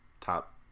top